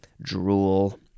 drool